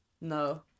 No